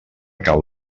cau